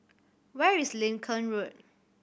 where is Lincoln Road